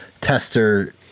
tester